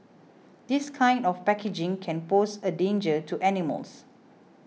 this kind of packaging can pose a danger to animals